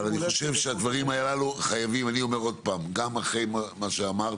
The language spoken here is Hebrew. אני אומר עוד פעם גם אחרי מה שאמרת,